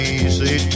easy